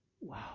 Wow